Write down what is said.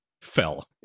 fell